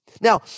Now